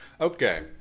Okay